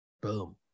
Boom